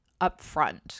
upfront